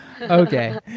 Okay